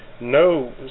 no